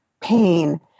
pain